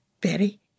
Betty